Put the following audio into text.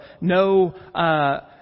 no